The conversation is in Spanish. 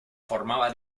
formaba